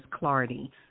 Clardy